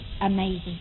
amazing